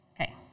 Okay